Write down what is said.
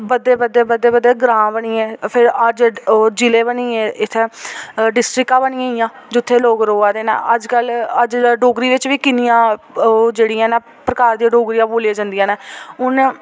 बधदे बधदे बधदे बधदे ग्रांऽ बनी गे फिर अज्ज ओह् जि'ले बनी गे इत्थै डिसिट्रकां बनी गेइयां जित्थें लोक रोहै दे न अज्जकल अज्ज डोगरी बिच्च बी किन्नियां ओह् जेह्ड़ियां न प्रकार दियां डोगरी दियां बोलियां जंदियां न उन्नै